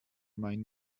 mein